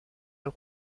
del